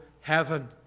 heaven